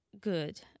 good